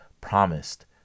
promised